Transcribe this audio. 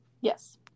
yes